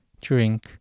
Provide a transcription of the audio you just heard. drink